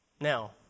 Now